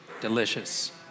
Delicious